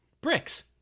Bricks